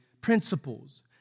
principles